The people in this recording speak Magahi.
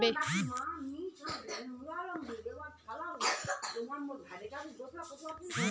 देवेश, कॉफीर व्यापार तोर तने सही रह बे